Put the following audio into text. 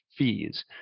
fees